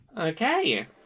Okay